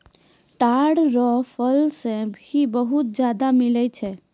ताड़ रो फल से भी बहुत ज्यादा मिलै छै